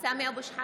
(קוראת בשמות חברי הכנסת) סמי אבו שחאדה,